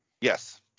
Yes